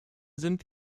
sind